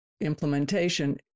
implementation